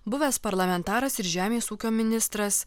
buvęs parlamentaras ir žemės ūkio ministras